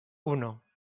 uno